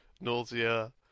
Nausea